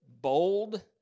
bold